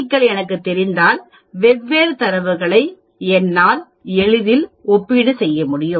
க்கள் எனக்குத் தெரிந்தால் வெவ்வேறு தரவுகளை ஒப்பிடுதல் எளிதாக கணக்கிடப்படும்